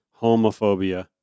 homophobia